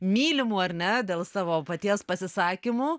mylimų ar ne dėl savo paties pasisakymų